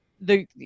the-